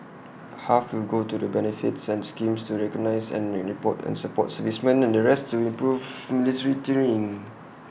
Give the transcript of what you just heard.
half will go to the benefits and schemes to recognise and rainy port and support servicemen and the rest to improving military training